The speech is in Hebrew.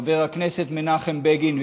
חבר הכנסת מנחם בגין,